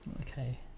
Okay